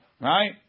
right